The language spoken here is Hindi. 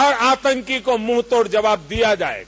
हर आतंकी को मुंह तोड़ जवाब दिया जायेगा